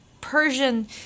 Persian